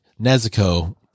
Nezuko